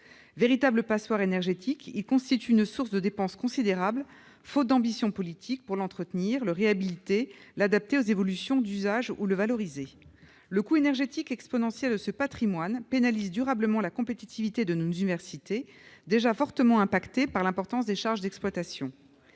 Véritable passoire énergétique, il constitue une source de dépenses considérables, faute d'ambition politique pour l'entretenir, le réhabiliter, l'adapter aux évolutions d'usage ou le valoriser. Le coût énergétique de ce patrimoine pénalise durablement la compétitivité de nos universités, déjà fortement affectée par l'importance des charges d'exploitation.